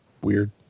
weird